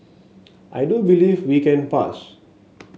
I do believe we can pass